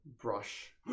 brush